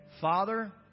Father